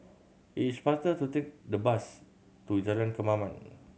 it is faster to take the bus to Jalan Kemaman